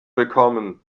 bekommen